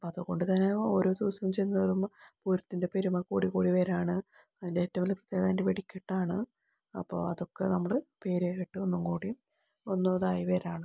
അത്കൊണ്ട്തന്നെ ഓരോ ദിവസവും ചെന്ന് കയറുമ്പോൾ പൂരത്തിൻ്റെ പെരുമ കൂടി കൂടി വരികയാണ് അതിൻ്റെ ഏറ്റവും വലിയ പ്രത്യേകത അതിൻ്റെ വെടിക്കെട്ടാണ് അപ്പോൾ അതൊക്കെ നമ്മൾ പേര് കേട്ട ഒന്നും കൂടി ഒന്നു ഇതായിവരികയാണ്